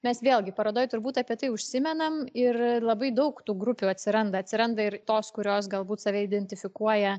mes vėlgi parodoj turbūt apie tai užsimenam ir labai daug tų grupių atsiranda atsiranda ir tos kurios galbūt save identifikuoja